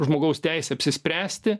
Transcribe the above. žmogaus teisę apsispręsti